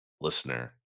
listener